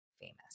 famous